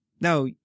Now